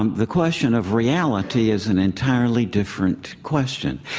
um the question of reality is an entirely different question.